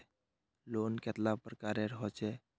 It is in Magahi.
लोन कतेला प्रकारेर होचे?